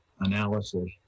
analysis